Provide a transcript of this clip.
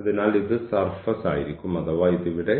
അതിനാൽ ഇത് സർഫസ് ആയിരിക്കും അഥവാ ഇത് ഇവിടെ